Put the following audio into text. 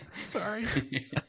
Sorry